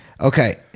Okay